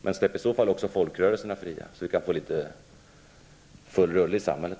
Men släpp i så fall folkrörelserna fria så att vi kan få full rulle i samhället.